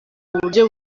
buryo